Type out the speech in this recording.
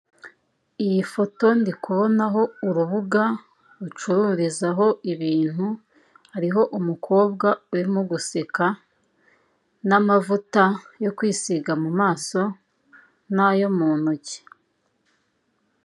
Iyi foto ndi kubonaho urubuga rucururizaho ibintu hariho umukobwa urimo guseka, n'amavuta yo kwisiga mu maso n'ayo mu ntoki.